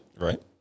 right